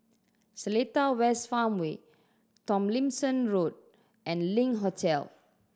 Seletar West Farmway Tomlinson Road and Link Hotel